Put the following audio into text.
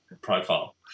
profile